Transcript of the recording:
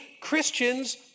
Christians